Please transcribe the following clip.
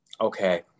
Okay